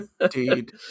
Indeed